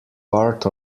part